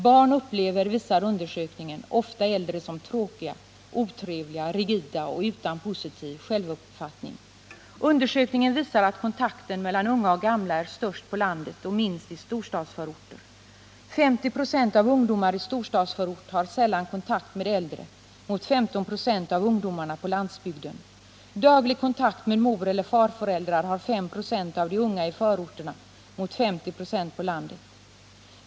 Barn upplever, visar undersökningen, ofta äldre som tråkiga, otrevliga, rigida och utan positiv självuppfattning. Undersökningen visar att kontakten mellan unga och gamla är störst på landet och minst i storstadsförorter. 50 26 av ungdomarna i storstadsförorter har sällan kontakt med de äldre mot 15 26 av ungdomarna på landsbygden. Daglig kontakt med moreller farföräldrar har 5 96 av de unga i förorterna mot 50 96 på landet.